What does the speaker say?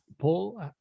paul